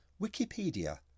Wikipedia